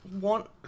want